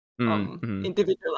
Individualized